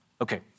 Okay